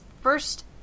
First